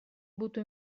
butto